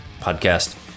podcast